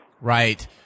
right